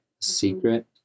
secret